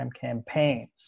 campaigns